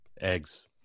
Eggs